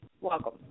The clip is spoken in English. Welcome